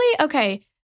okay